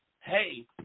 hey